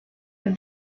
have